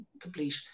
complete